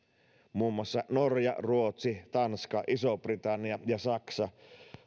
muun muassa norja ruotsi tanska iso britannia ja saksa